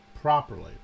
properly